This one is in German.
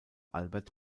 albert